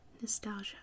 Nostalgia